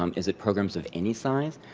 um is it programs of any size?